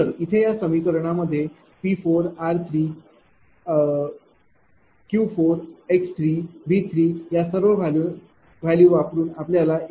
तर इथे या समीकरणांमध्ये P r Q x V या सर्व व्हॅल्यू वापरून आपल्याला A30